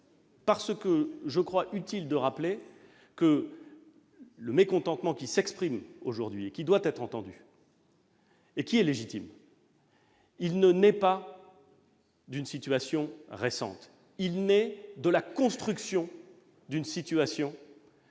simplement, je crois utile de rappeler que le mécontentement qui s'exprime aujourd'hui, et qui doit être entendu, parce qu'il est légitime, ne naît pas d'une situation récente, mais de la construction d'une situation qui